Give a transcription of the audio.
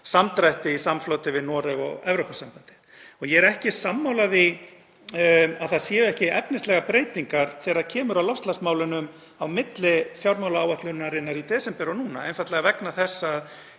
samdrætti í samfloti við Noreg og Evrópusambandið. Ég er ekki sammála því að það séu ekki efnislegar breytingar þegar kemur að loftslagsmálunum á milli fjármálaáætlunarinnar í desember og núna, einfaldlega vegna þess að